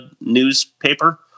newspaper